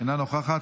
אינה נוכחת,